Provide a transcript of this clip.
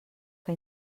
que